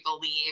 believe